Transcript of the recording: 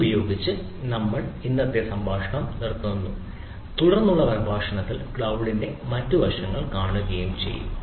ഇതുപയോഗിച്ച് നമ്മളുടെ ഇന്നത്തെ പ്രഭാഷണം നിർത്തുന്നു തുടർന്നുള്ള പ്രഭാഷണത്തിൽ ക്ലൌഡിന്റെ മറ്റ് വശങ്ങൾ കാണുകയും ചെയ്യാം